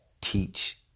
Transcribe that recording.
teach